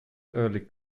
early